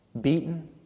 beaten